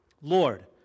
Lord